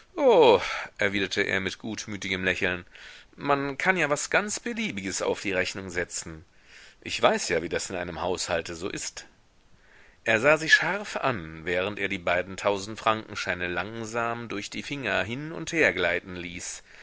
erwiderte er mit gutmütigem lächeln man kann ja was ganz beliebiges auf die rechnung setzen ich weiß ja wie das in einem haushalte so ist er sah sie scharf an während er die beiden tausendfrankenscheine langsam durch die finger hin und her gleiten ließ